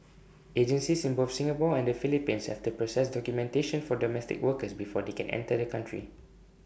agencies in both Singapore and the Philippines have to process documentation for domestic workers before they can enter the country